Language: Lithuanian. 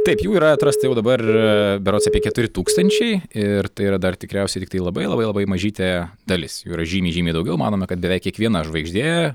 taip jų yra atrasta jau dabar berods apie keturi tūkstančiai ir tai yra dar tikriausiai tiktai labai labai labai mažytė dalis jų yra žymiai žymiai daugiau manoma kad beveik kiekviena žvaigždė